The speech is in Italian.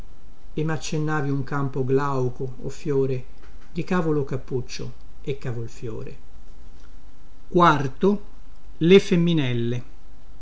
e maccennavi un campo glauco o fiore di cavolo cappuccio e cavolfiore e